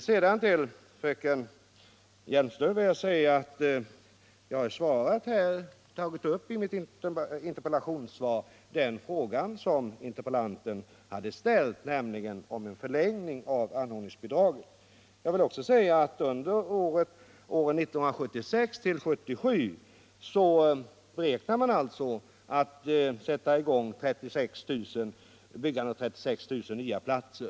Till fröken Hjelmström vill jag säga att jag i mitt interpellationssvar har tagit upp den fråga som interpellanten hade ställt, nämligen om en förlängning av anordningsbidraget. Under 1976/77 beräknar man att sätta i gång byggandet av 36 000 nya platser.